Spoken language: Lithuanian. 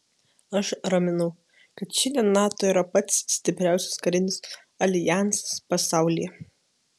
aš raminu kad šiandien nato yra pats stipriausias karinis aljansas pasaulyje